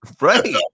right